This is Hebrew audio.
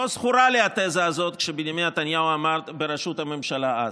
לא זכורה לי התזה הזאת כשבנימין נתניהו עמד בראשות הממשלה אז.